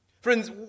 Friends